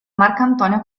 marcantonio